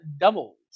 Doubles